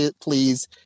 please